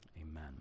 amen